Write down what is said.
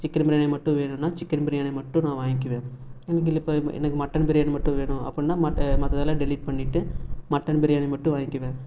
chicken biryani மட்டும் வேணும்னா chicken biryani மட்டும் நான் வாங்கிக்குவேன் எனக்கு இல்லை இப்போ எனக்கு மட்டன் பிரியாணி மட்டும் வேணும் அப்படின்னா மற்றதெல்லாம் டெலிட் பண்ணிவிட்டு மட்டன் பிரியாணி மட்டும் வாங்கிக்குவேன்